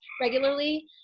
regularly